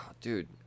Dude